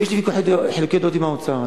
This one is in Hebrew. כשיש לי חילוקי דעות עם האוצר.